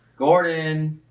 gordon!